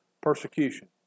persecution